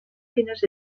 fines